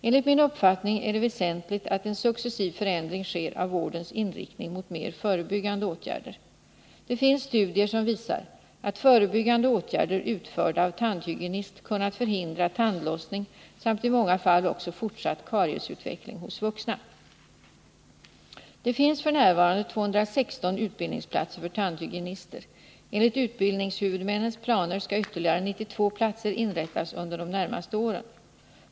Enligt min uppfattning är det väsentligt att en successiv förändring sker av vårdens inriktning mot mer förebyggande åtgärder. Det finns studier som visar att förebyggande åtgärder utförda av tandhygienist kunnat förhindra tandlossning samt i många fall också fortsatt kariesutveckling hos vuxna. Det finns f. n. 216 utbildningsplatser för tandhygienister. Enligt utbildningshuvudmännens planer skall ytterligare 92 platser inrättas under de närmaste åren.